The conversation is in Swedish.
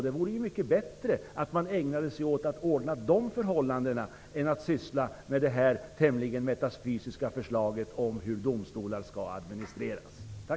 Det vore bättre att man ägnade sig åt att ordna de förhållandena än att syssla med det här tämligen metafysiska förslaget om hur domarstolar skall administreras. Tack!